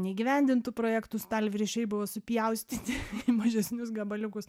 neįgyvendintų projektų stalviršiai buvo supjaustyti į mažesnius gabaliukus